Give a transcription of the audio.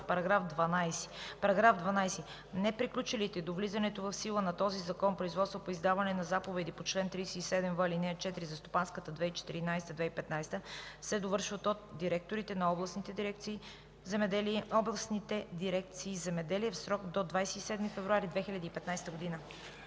§ 12: „§ 12. Неприключените до влизането в сила на този закон производства по издаване на заповедите по чл. 37в, ал. 4 за стопанската 2014 – 2015 г. се довършват от директорите на областните дирекция „Земеделие” в срок до 27 февруари 2015 г.”